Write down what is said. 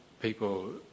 people